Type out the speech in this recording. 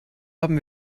haben